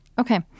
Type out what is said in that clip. Okay